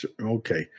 Okay